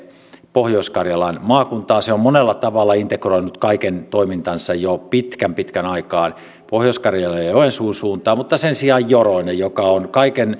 pohjois karjalan maakuntaan se on monella tavalla integ roinut kaiken toimintansa jo pitkän pitkän aikaa pohjois karjalan ja joensuun suuntaan mutta sen sijaan joroinen joka on